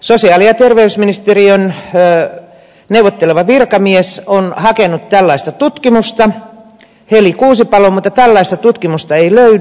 sosiaali ja terveysministeriön neuvotteleva virkamies heli kuusipalo on hakenut tällaista tutkimusta mutta tällaista tutkimusta ei löydy